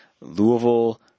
Louisville